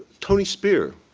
tony spear,